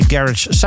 Garage